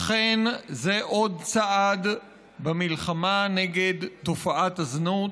אכן, זה עוד צעד במלחמה נגד תופעת הזנות,